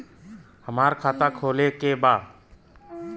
हमार खाता खोले के बा?